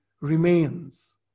remains